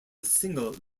single